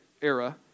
era